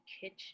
kitchen